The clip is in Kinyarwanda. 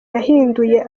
yahinduye